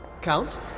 Count